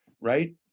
right